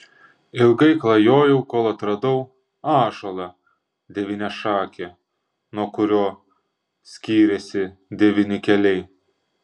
ilgai klajojau kol atradau ąžuolą devyniašakį nuo kurio skyrėsi devyni keliai